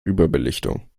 überbelichtung